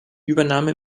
übernahme